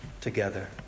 together